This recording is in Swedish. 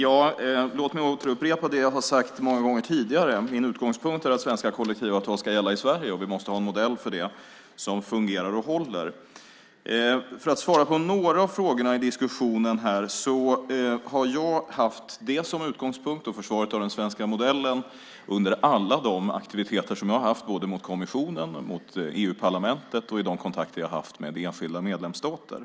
Fru talman! Jag ska upprepa det som jag har sagt många gånger tidigare. Min utgångspunkt är att svenska kollektivavtal ska gälla i Sverige och att vi måste ha en modell för det som fungerar och håller. Jag ska svara på några av frågorna i diskussionen här. Jag har haft försvaret av den svenska modellen som utgångspunkt under alla de aktiviteter som jag har haft i fråga om kommissionen, EU-parlamentet och de kontakter som jag har haft med enskilda medlemsstater.